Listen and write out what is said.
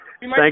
Thank